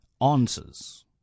answers